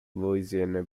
louisiana